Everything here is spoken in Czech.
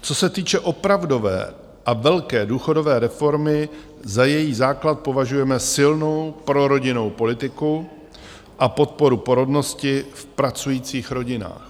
Co se týče opravdové a velké důchodové reformy, za její základ považujeme silnou prorodinnou politiku a podporu porodnosti v pracujících rodinách.